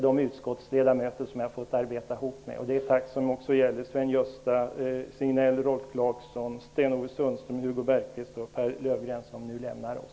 Det är ett tack som också gäller Sven-Gösta Signell, Rolf Clarkson, Sten-Ove Sundström, Hugo Bergdahl och Pehr Löfgreen, som nu lämnar oss.